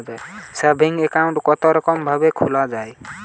Saving account কতরকম ভাবে খোলা য়ায়?